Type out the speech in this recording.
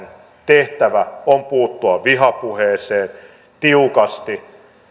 tehtävä on puuttua vihapuheeseen tiukasti